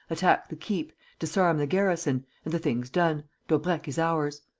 attack the keep, disarm the garrison and the thing's done daubrecq is ours.